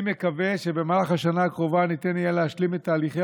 אני מקווה שבמהלך השנה הקרובה ניתן יהיה להשלים את תהליכי